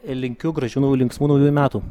linkiu gražių naujų linksmų naujųjų metų